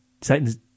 Satan's